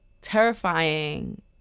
terrifying